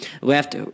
left